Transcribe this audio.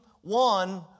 one